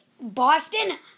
Boston